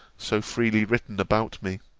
so freely written, about me.